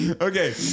Okay